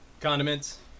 condiments